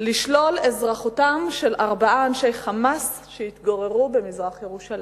לשלול את אזרחותם של ארבעה אנשי "חמאס" שהתגוררו במזרח-ירושלים.